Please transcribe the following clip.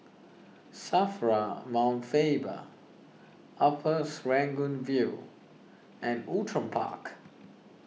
Safra Mount Faber Upper Serangoon View and Outram Park